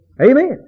Amen